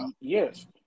Yes